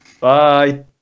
Bye